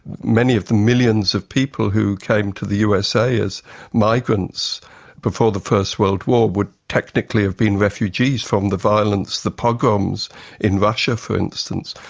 many of the millions of people who came to the usa as migrants before the first world war would technically have been refugees from the violence, the pogroms in russia, for instance,